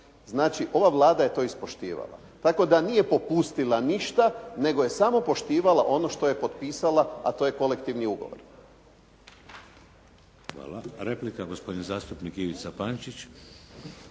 Znači, ova Vlada je to ispoštivala. Tako da nije popustila ništa, nego je samo poštivala ono što je potpisala, a to je kolektivni ugovor.